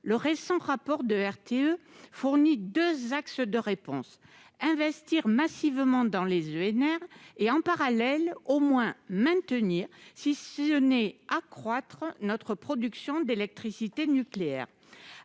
Le récent rapport de RTE fournit deux axes de réponse : investir massivement dans les EnR et, en parallèle, au moins maintenir, si ce n'est accroître, notre production d'électricité nucléaire.